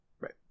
Right